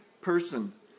person